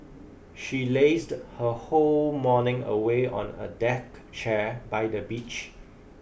she lazed her whole morning away on a deck chair by the beach